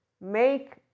make